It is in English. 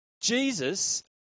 Jesus